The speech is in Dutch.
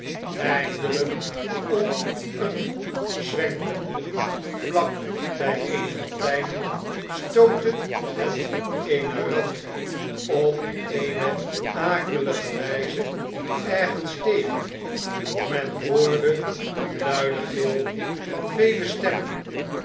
eindeljjk om een hoek zwenkende vlak bjj een fontein stootte het eene rad op eene akelige wijze ergens tegen men hoorde een luiden gil van vele stemmen